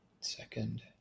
Second